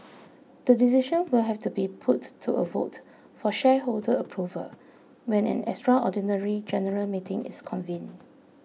the decision will have to be put to a vote for shareholder approval when an extraordinary general meeting is convened